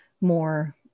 more